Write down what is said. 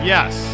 Yes